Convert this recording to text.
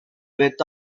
with